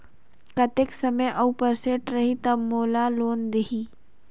कतेक समय और परसेंट रही तब मोला लोन देही?